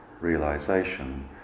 realization